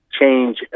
change